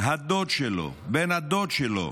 הדוד שלו, בן הדוד שלו,